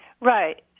Right